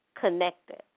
connected